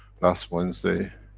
last wednesday,